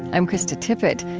i'm krista tippett.